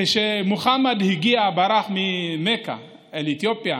כשמוחמד ברח ממכה אל אתיופיה,